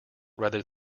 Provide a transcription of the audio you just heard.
rather